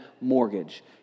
mortgage